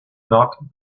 not